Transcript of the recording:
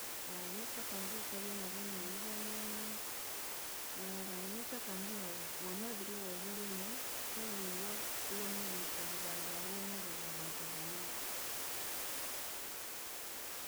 nekyakandi wukabya na banywani banene. nekyakandi nawu wamabirigha olhulimi, wukayowa iwamabihika omwa bandu abo iwa mabibalingiriranamu